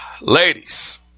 Ladies